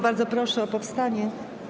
Bardzo proszę o powstanie.